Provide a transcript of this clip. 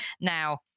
Now